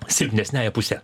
silpnesniąja puse